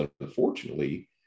unfortunately